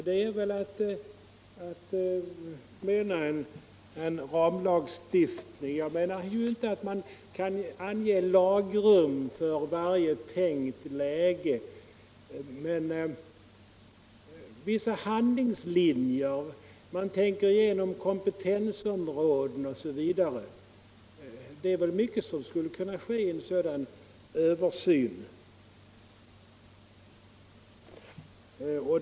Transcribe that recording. Det kan innebära en ramlagstiftning; jag tror inte att man kan ange lagrum för varje tänkt läge, men vissa handlingslinjer kan preciseras, man kan tänka igenom kompetensområden osv. Mycket sådant skulle kunna göras vid en översyn.